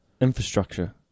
Infrastructure